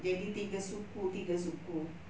jadi tiga suku tiga suku